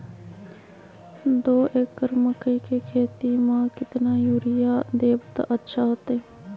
दो एकड़ मकई के खेती म केतना यूरिया देब त अच्छा होतई?